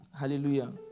hallelujah